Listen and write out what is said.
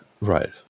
Right